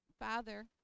father